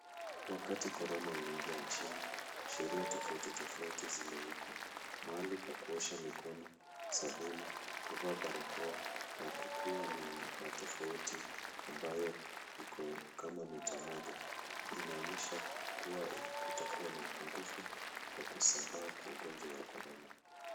Wakati korona iliingia nchini sheria tofauti tofauti ziliwekwa. Mahali pa kuosha mikono, sabuni, barakoa na kukuwa na tofauti ambayo iko kama mita moja. Inaonyesha kuwa kutakuwa na upungufu wa kusambaa kwa ugonjwa wa korona.